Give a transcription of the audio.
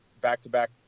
back-to-back